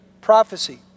prophecy